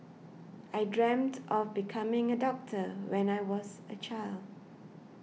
I dreamt of becoming a doctor when I was a child